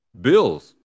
Bills